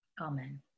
Amen